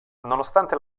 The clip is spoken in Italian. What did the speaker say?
nonostante